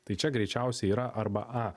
tai čia greičiausiai yra arba a